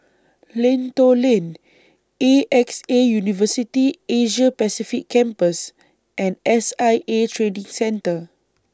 Lentor Lane A X A University Asia Pacific Campus and S I A Training Centre